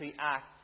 act